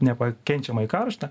nepakenčiamai karšta